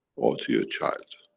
or to your child?